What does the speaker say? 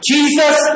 Jesus